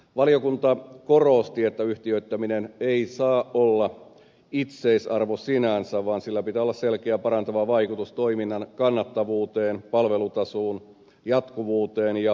valiokunta korosti että yhtiöittäminen ei saa olla itseisarvo sinänsä vaan sillä pitää olla selkeä parantava vaikutus toiminnan kannattavuuteen palvelutasoon jatkuvuuteen ja kustannustehokkuuteen